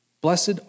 Blessed